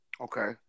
Okay